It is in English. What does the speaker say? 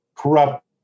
corrupt